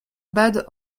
bad